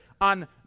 on